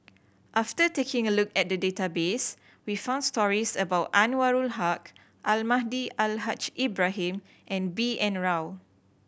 after taking a look at the database we found stories about Anwarul Haque Almahdi Al Haj Ibrahim and B N Rao